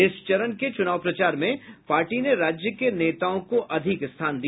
इस चरण के चुनाव प्रचार में पार्टी ने राज्य के नेताओं को अधिक स्थान दिया